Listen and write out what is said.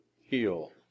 heal